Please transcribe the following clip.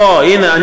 הנה,